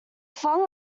flung